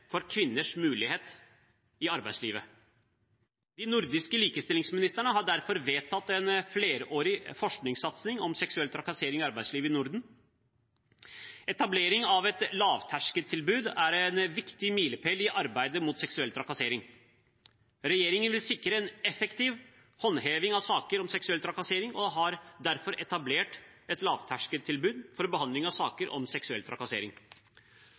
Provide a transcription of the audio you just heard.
for kvinners mulighet i arbeidslivet. De nordiske likestillingsministrene har derfor vedtatt en flerårig forskningssatsing om seksuell trakassering i arbeidslivet i Norden. Etablering av et lavterskeltilbud er en viktig milepæl i arbeidet mot seksuell trakassering. Regjeringen vil sikre en effektiv håndheving av saker om seksuell trakassering og har derfor etablert et lavterskeltilbud for behandling av saker om seksuell trakassering.